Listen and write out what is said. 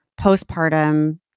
postpartum